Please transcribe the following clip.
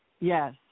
Yes